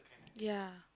ya